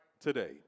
today